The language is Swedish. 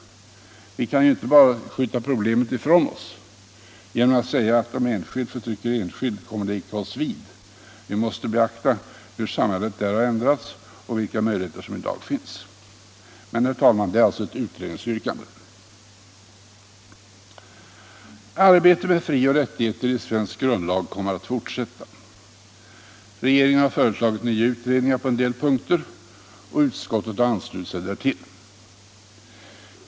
Vi kan ju inte bara skjuta problemen ifrån oss genom att säga att om enskild förtrycker enskild kommer det icke oss vid. Vi måste beakta hur samhället där har ändrats och vilka möjligheter som i dag finns. Men, herr talman, det är alltså ett utredningsyrkande. Arbetet med frioch rättigheter i svensk grundlag kommer att fortsätta. Regeringen har föreslagit nya utredningar på en del punkter, och utskottet har anslutit sig därtill.